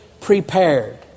prepared